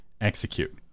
execute